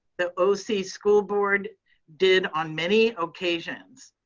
the o c school board did on many occasions.